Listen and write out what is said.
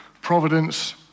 providence